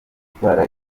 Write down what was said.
gutwara